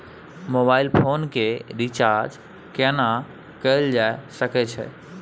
Mobile phone के recharge केना कैल जा सकै छै?